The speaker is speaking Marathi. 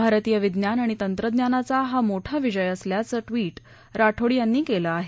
भारतीय विज्ञान आणि तंत्रज्ञानाचा हा मोठा विजय असल्याचं ट्विट राठोड यांनी केलं आहे